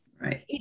Right